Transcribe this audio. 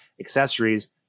accessories